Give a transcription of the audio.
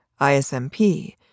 ISMP